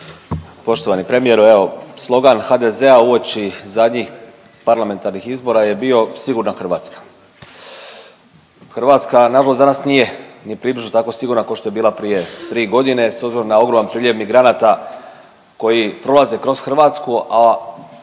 Poštovani premijeru, evo slogan HDZ-a uoči zadnjih parlamentarnih izbora je bio sigurna Hrvatska. Hrvatska nažalost danas nije ni približno tako sigurna kao što je bila prije tri godine s obzirom na ogroman priljev migranata koji prolaze kroz Hrvatsku,